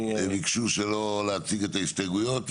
--- הם ביקשו שלא להציג את ההסתייגויות,